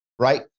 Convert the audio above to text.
Right